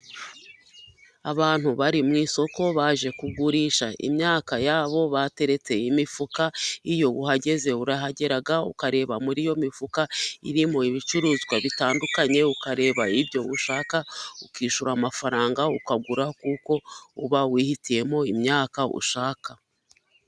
Abantu bari mu isoko baje kugurisha imyaka yabo bateretse imifuka. Iyo uhageze urahagera ukareba muri iyo mifuka irimo ibicuruzwa bitandukanye, ukareba ibyo ushaka ukishyura amafaranga ukagura kuko uba wihitiyemo imyaka ushaka.